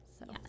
yes